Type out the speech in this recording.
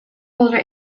holder